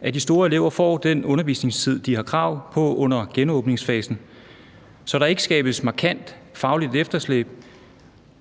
at de store elever får den undervisningstid, de har krav på under genåbningsfasen, så der ikke skabes et markant fagligt efterslæb,